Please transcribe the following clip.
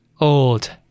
old